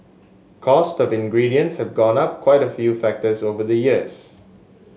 cost of ingredients has gone up quite a few factors over the years